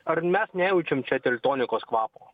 ar mes nejaučiam čia teltonikos kvapo